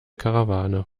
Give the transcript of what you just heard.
karawane